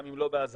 גם אם לא באזהרה,